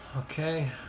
Okay